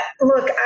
look